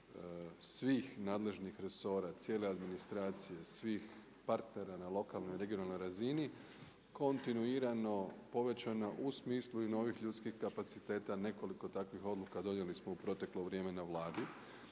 svih nadležnih resora, cijele administracije, svih partnera na lokalnoj i regionalnoj razini kontinuirano povećana u smislu i novih ljudskih kapaciteta. Nekoliko takvih odluka donijeli smo u proteklo vrijeme na Vladi